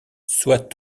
sois